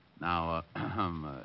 Now